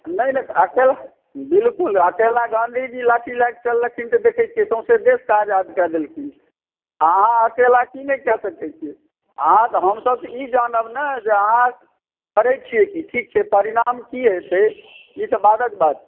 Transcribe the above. नहि नहि तऽ असल बिलकुल अकेला गाँधी जी लाठी लए कऽ चललखिन तऽ देखैत छियै सौंसे देश आजाद कए देलखिन आ अहाँ अकेला की नहि कए सकैत छियै अहाँसँ हमसब तऽ ई जानब ने जे अहाँ करैत छियै की ठीक छै परिणाम की हेतै ई तऽ बादक बात छै